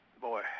Boy